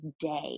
today